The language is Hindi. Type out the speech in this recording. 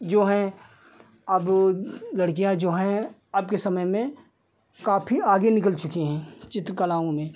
जो हैं अब लड़कियाँ जो हैं अबके समय में काफी आगे निकल चुकी हैं चित्रकलाओं में